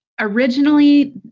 Originally